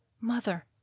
mother